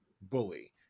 bully